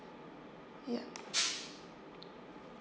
yup